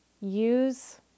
use